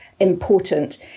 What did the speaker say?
important